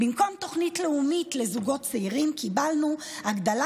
במקום תוכנית לאומית לזוגות צעירים קיבלנו הגדלה